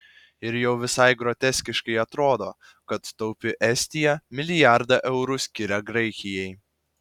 ir jau visai groteskiškai atrodo kad taupi estija milijardą eurų skiria graikijai